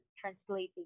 translating